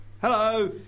Hello